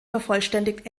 vervollständigt